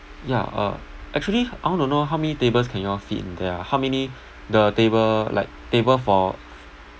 ya uh actually I want to know how many tables can you all fit in there ah how many the table like table for